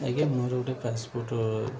ଆଜ୍ଞା ମୋର ଗୋଟେ ପାସପୋର୍ଟ